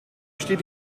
steht